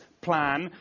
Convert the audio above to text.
plan